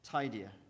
tidier